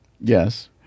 Yes